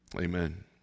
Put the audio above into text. amen